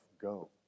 go